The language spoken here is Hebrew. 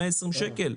120 שקלים?